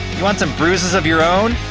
want some bruises of your own?